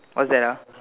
what's that ah